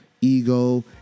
ego